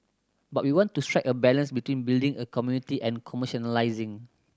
but we want to strike a balance between building a community and commercialising